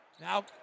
now